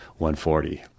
140